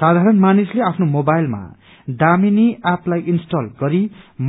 साधारण मानिसले आफ्नो मोबाइलमा दामिनी एपलाई इन्सटल गरी